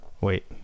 Wait